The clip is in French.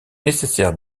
nécessaire